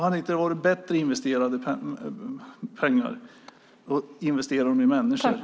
Hade det inte varit bättre att investera pengarna i människor?